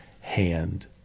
hand